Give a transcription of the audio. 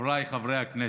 חבריי חברי הכנסת,